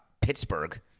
Pittsburgh